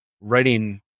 writing